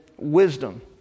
wisdom